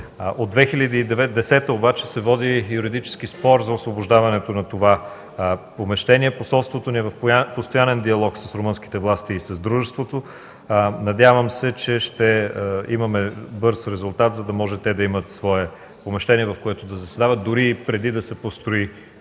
От 2010 г. се води юридически спор за освобождаването на това помещение. Посолството ни е в постоянен диалог с румънските власти и с дружеството. Надявам се, че ще имаме бърз резултат, за да може да имат свое помещение в което да заседават, дори преди да се построи